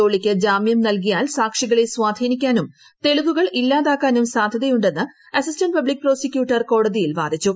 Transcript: ജോളിയ്ക്ക് ജാമ്യം നൽകിയാൽ സാക്ഷികളെ സ്വാധീനിക്കാനും തെളിവുകൾ ഇല്ലാതാക്കാനും സാധ്യതയുണ്ടെന്ന് അസിസ്റ്റന്റ് പബ്ലിക് പ്രോസിക്യൂട്ടർ കോടതിയിൽ വാദിച്ചു